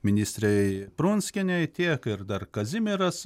ministrei prunskienei tiek ir dar kazimieras